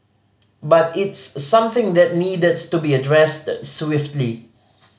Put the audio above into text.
but it's something that needed to be addressed swiftly